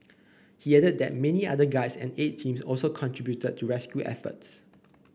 he added that many other guides and aid teams also contributed to rescue efforts